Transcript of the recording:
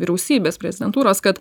vyriausybės prezidentūros kad